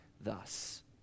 thus